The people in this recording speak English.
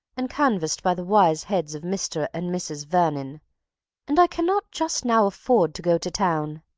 and canvassed by the wise heads of mr. and mrs. vernon and i cannot just now afford to go to town.